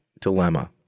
dilemma